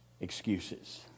excuses